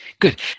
good